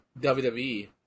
WWE